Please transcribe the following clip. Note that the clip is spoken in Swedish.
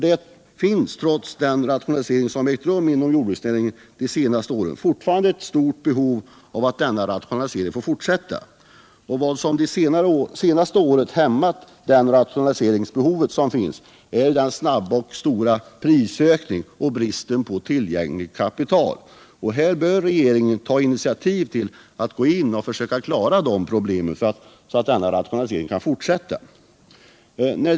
Det finns trots den rationalisering som ägt rum inom jordbruksnäringen de senaste åren fortfarande ett stort behov av fortsatt rationalisering. Vad som det senaste året har hämmat rationaliseringssamarbetet är den snabba och stora prisökningen och bristen på tillgängligt kapital. Och här bör regeringen verkligen gå in och klara problemen, så att denna rationalisering kan fortsätta.